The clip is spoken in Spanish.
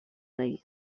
rey